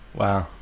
wow